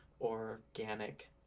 Organic